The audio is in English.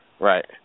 Right